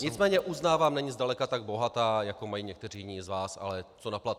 Nicméně uznávám, není tak bohatá, jako mají někteří jiní z vás, ale co naplat.